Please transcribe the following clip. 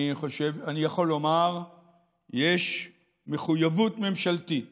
אני יכול לומר שיש מחויבות ממשלתית